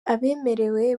abemerewe